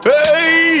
Hey